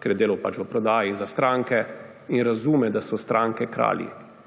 ker je delal v prodaji, za stranke in razume, da so stranke kralji.